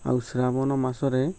ଆଉ ଶ୍ରାବଣ ମାସରେ